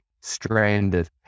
stranded